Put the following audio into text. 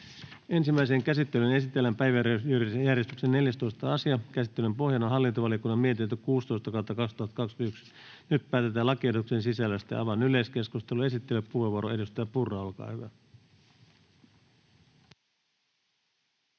Ensimmäiseen käsittelyyn esitellään päiväjärjestyksen 14. asia. Käsittelyn pohjana on hallintovaliokunnan mietintö HaVM 16/2021 vp. Nyt päätetään lakiehdotusten sisällöstä. — Avaan yleiskeskustelun. Esittelypuheenvuoro, edustaja Purra, olkaa hyvä.